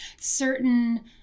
certain